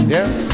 Yes